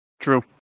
True